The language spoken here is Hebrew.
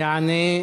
יענה,